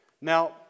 Now